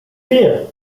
vier